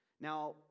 Now